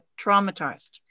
traumatized